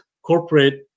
Corporate